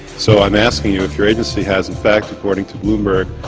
so i'm asking you if your agency has in fact, according to bloomberg,